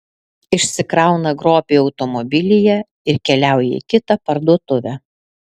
išsikrauna grobį automobilyje ir keliauja į kitą parduotuvę